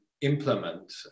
implement